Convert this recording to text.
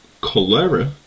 cholera